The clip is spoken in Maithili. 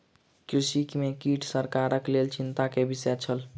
कृषि में कीट सरकारक लेल चिंता के विषय छल